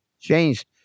changed